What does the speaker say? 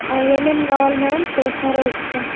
ఏమేమి కావాలి madam stationery